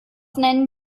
nennen